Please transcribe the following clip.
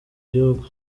gihugu